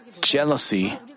jealousy